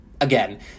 again